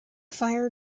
fire